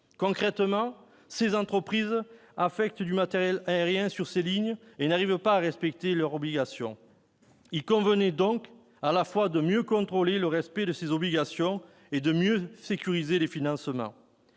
concrètement, ces entreprises affectent du matériel ancien à ces lignes et ne parviennent pas à respecter leurs obligations. Il convenait donc à la fois de mieux contrôler le respect de ces obligations et de mieux sécuriser les financements.